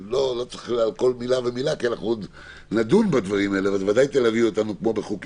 אבל תשימי לב כי יכול להיות שיתבעו אותך באותו הרגע בצורה